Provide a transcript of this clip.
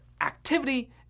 activity